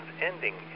ending